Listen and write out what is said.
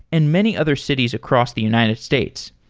and many other cities across the united states.